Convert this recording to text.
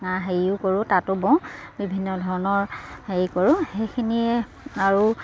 হেৰিও কৰোঁ তাঁতো বওঁ বিভিন্ন ধৰণৰ হেৰি কৰোঁ সেইখিনিয়ে আৰু